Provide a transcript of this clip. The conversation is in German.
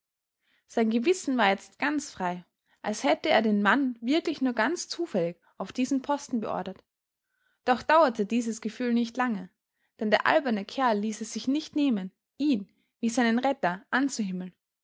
sein gewissen war jetzt ganz frei als hätte er den mann wirklich nur ganz zufällig auf diesen posten beordert doch dauerte dieses gefühl nicht lange denn der alberne kerl ließ es sich nicht nehmen ihn wie seinen retter